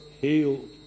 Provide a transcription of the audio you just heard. healed